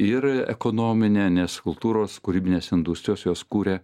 ir ekonominę nes kultūros kūrybinės industrijos jos kuria